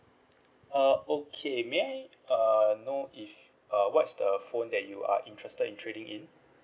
uh okay may I uh know if uh what's the phone that you are interested in trading in